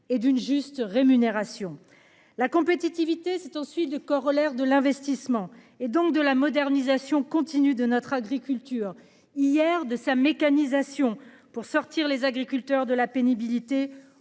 et d'une juste rémunération. La compétitivité. C'est ensuite de corollaire de l'investissement et donc de la modernisation continue de notre agriculture hier de sa mécanisation pour sortir les agriculteurs de la pénibilité